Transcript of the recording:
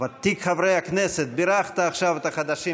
ותיק חברי הכנסת, בירכת עכשיו את החדשים.